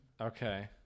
Okay